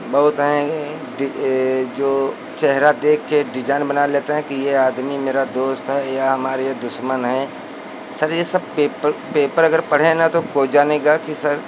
बहुत आएँगे यह जो चेहरा देख कर डिजइन बना लेते हैं कि यह आदमी मेरा दोस्त है या हमारे यह दुश्मन हैं सर यह सब पेपर पेपर अगर पढ़ें न तो कोई जानेगा कि सर